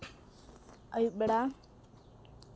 ᱟᱹᱭᱩᱵ ᱵᱮᱲᱟ